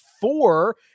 four